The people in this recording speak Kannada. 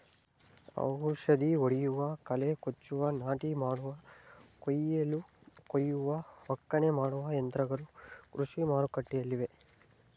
ಔಷಧಿ ಹೊಡೆಯುವ, ಕಳೆ ಕೊಚ್ಚುವ, ನಾಟಿ ಮಾಡುವ, ಕುಯಿಲು ಕುಯ್ಯುವ, ಒಕ್ಕಣೆ ಮಾಡುವ ಯಂತ್ರಗಳು ಕೃಷಿ ಮಾರುಕಟ್ಟೆಲ್ಲಿವೆ